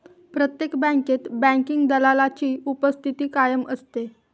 प्रत्येक बँकेत बँकिंग दलालाची उपस्थिती कायम असते